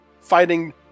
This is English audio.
fighting